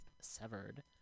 severed